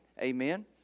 Amen